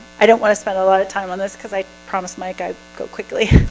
i don't want to spend a lot of time on this because i promised my guys go quickly